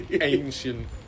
Ancient